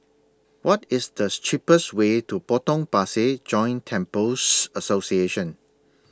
What IS The cheapest Way to Potong Pasir Joint Temples Association